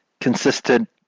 consistent